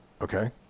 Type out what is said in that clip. Okay